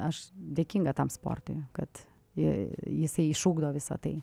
aš dėkinga tam sportui kad jisai išugdo visa tai